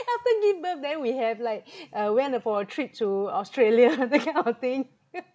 after give birth then we have like uh went uh for a trip to australia that kind of thing